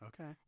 Okay